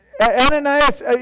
Ananias